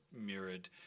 mirrored